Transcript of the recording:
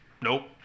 Nope